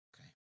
Okay